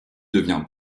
devient